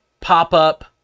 pop-up